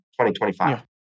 2025